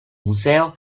museo